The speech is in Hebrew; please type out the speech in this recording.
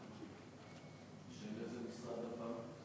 בשם איזה משרד הפעם?